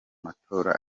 matora